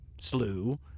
slew